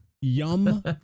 Yum